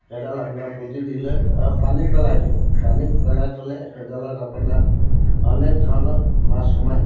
সেইডাল আপোনাৰ পুতি দিলে অঁ পানীত পেলাই দিওঁ পানীত পেলাই থ'লে সেইডালত আপোনাৰ অনেক ধৰণৰ মাছ সোমাই